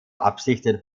absichten